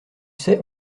sais